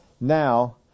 now